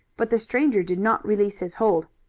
but the stranger did not release his hold.